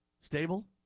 stable